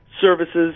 services